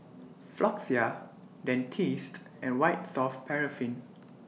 Floxia Dentiste and White Soft Paraffin